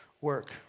work